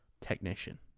technician